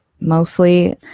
mostly